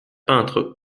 peintre